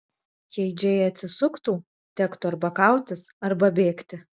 jei džėja atsisuktų tektų arba kautis arba bėgti